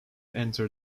enter